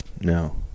No